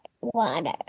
water